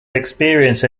experience